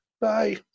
Bye